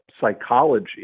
psychology